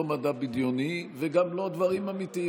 לא מדע בדיוני וגם לא דברים אמיתיים.